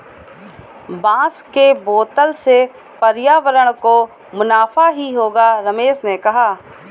बांस के बोतल से पर्यावरण को मुनाफा ही होगा रमेश ने कहा